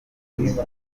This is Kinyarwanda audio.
ruvuga